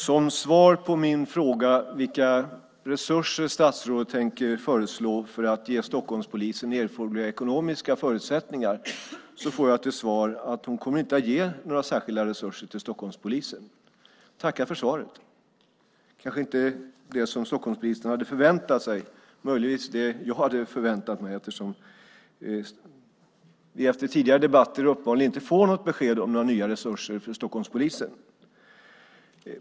Fru talman! På min fråga om vilka resurser statsrådet tänker föreslå för att ge Stockholmspolisen erforderliga ekonomiska förutsättningar får jag till svar från ministern att hon inte kommer att ge några särskilda resurser till Stockholmspolisen. Jag tackar för svaret. Det är kanske inte det som Stockholmspolisen hade förväntat sig, men möjligtvis det jag hade förväntat mig eftersom vi efter tidigare debatter uppenbarligen inte får något besked om några nya resurser till Stockholmspolisen.